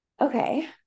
Okay